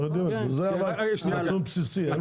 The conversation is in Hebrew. אנחנו יודעים, זה נתון בסיסי.